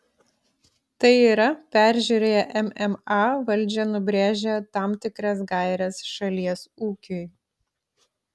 tai yra peržiūrėję mma valdžia nubrėžia tam tikras gaires šalies ūkiui